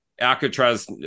Alcatraz